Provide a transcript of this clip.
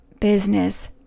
business